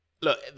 Look